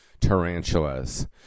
tarantulas